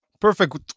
perfect